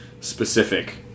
specific